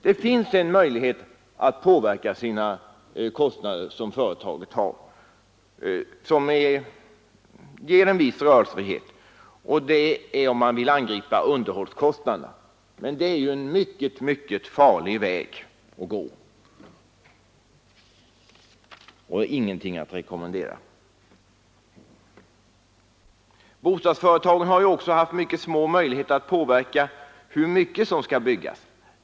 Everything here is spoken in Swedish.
Det finns en möjlighet som ger en viss rörelsefrihet för företagen att påverka sina kostnader och det är att angripa underhållskostnaderna. Men detta är en mycket, mycket farlig väg att gå och ingenting att rekommendera. Bostadsföretagen har också haft mycket små möjligheter att påverka hur mycket som skall byggas.